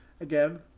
again